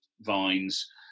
Vines